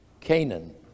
Canaan